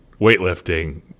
weightlifting